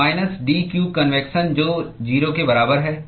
तो minus dq convection जो 0 के बराबर है